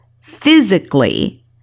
physically